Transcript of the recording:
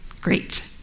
great